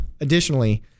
Additionally